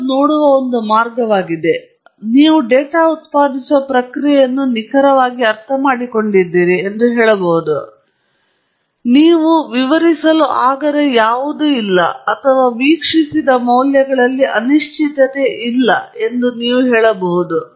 ಅದು ನೋಡುವ ಒಂದು ಮಾರ್ಗವಾಗಿದೆ ಅಥವಾ ನೀವು ಡೇಟಾ ಉತ್ಪಾದಿಸುವ ಪ್ರಕ್ರಿಯೆಯನ್ನು ನಿಖರವಾಗಿ ಅರ್ಥಮಾಡಿಕೊಂಡಿದ್ದೀರಿ ಎಂದು ಹೇಳಬಹುದು ನೀವು ವಿವರಿಸಲಾಗದ ಯಾವುದೂ ಇಲ್ಲ ಅಥವಾ ವೀಕ್ಷಿಸಿದ ಮೌಲ್ಯಗಳಲ್ಲಿ ಅನಿಶ್ಚಿತತೆ ಇಲ್ಲ ಎಂದು ನೀವು ಹೇಳಬಹುದು